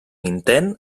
intent